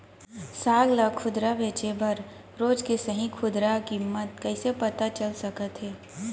साग ला खुदरा बेचे बर रोज के सही खुदरा किम्मत कइसे पता चल सकत हे?